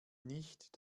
nicht